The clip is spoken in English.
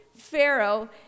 Pharaoh